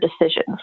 decisions